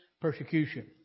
persecution